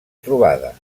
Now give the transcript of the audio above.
trobada